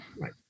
right